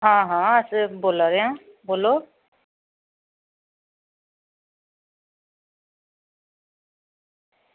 आं हा अस ते बोल्ला दे आं बोल्लो